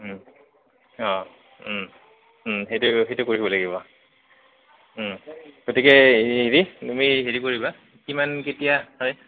অঁ সেইটো সেইটো কৰিব লাগিব গতিকে হেৰি তুমি হেৰি কৰিবা কিমান কেতিয়া হয়